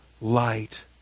light